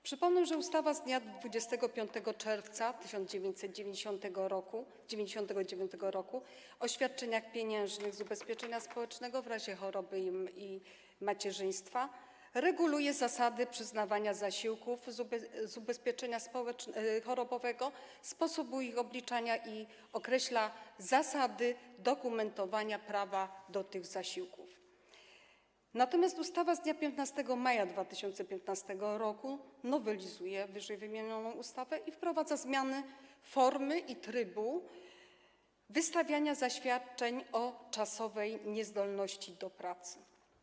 Przypomnę, że ustawa z dnia 25 czerwca 1999 r. o świadczeniach pieniężnych z ubezpieczenia społecznego w razie choroby i macierzyństwa reguluje zasady przyznawania zasiłków z ubezpieczenia chorobowego i sposób ich obliczania oraz określa zasady dokumentowania prawa do tych zasiłków, natomiast ustawa z dnia 15 maja 2015 r. nowelizuje ww. ustawę i wprowadza zmiany formy i trybu wystawiania zaświadczeń o czasowej niezdolności do pracy.